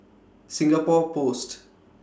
Singapore Post